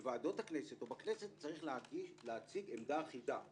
בוועדות הכנסת או בכנסת צריך להציג עמדה אחידה.